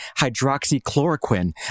hydroxychloroquine